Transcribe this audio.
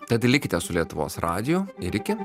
tad likite su lietuvos radiju ir iki